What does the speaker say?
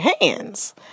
hands